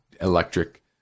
electric